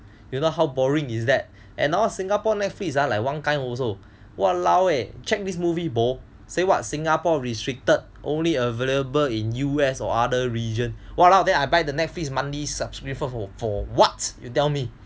you know how boring is that and all Singapore Netflix ah like one kind also !walao! eh check this movie bo say what Singapore restricted only available in U_S or other region !walao! then I buy the Netflix monthly subsciption for what you tell me